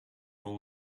all